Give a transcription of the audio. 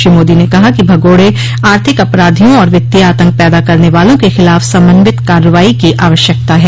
श्री मोदी ने कहा कि भगोड़े आर्थिक अपराधियों और वित्तीय आतंक पैदा करने वालों के खिलाफ समन्वित कार्रवाई की आवश्यकता है